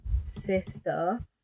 sister